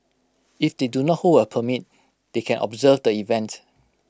if they do not hold A permit they can observe the event